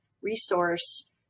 resource